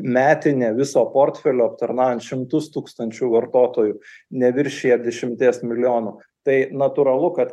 metinė viso portfelio aptarnaujant šimtus tūkstančių vartotojų neviršija dešimties milijonų tai natūralu kad